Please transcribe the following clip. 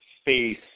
space